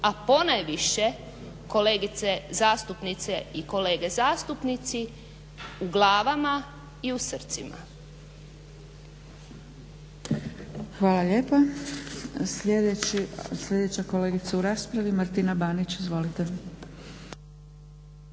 a ponajviše kolegice zastupnice i kolege zastupnici u glavama i u srcima. **Zgrebec, Dragica (SDP)** Hvala lijepa. Sljedeća kolegica u Raspravi Martina Banić. Izvolite.